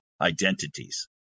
identities